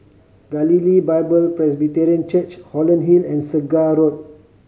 Galilee Bible Presbyterian Church Holland Hill and Segar Road